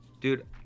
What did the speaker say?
dude